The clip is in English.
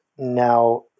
Now